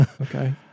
Okay